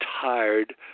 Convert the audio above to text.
tired